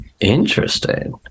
Interesting